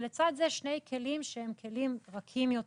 לצד זה שני כלים שהם כלים רכים יותר,